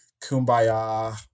kumbaya